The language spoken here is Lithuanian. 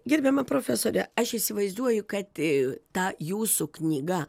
gerbiama profesore aš įsivaizduoju kad tą jūsų knyga